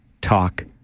talk